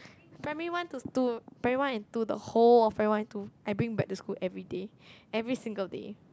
primary one to two primary one and two the whole of primary one and two I bring bread to school everyday every single day